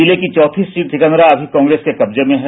जिले की चौथी सीट सिकंदरा अभी कांग्रेस के कब्जे में हैं